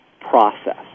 process